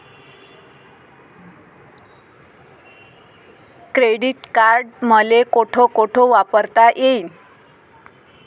Credit card मले कोठ कोठ वापरता येईन?